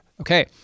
okay